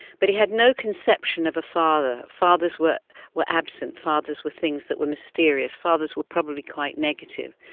but he had no conception of a father. fathers were were absent, fathers were things that were mysterious, fathers were probably quite negative.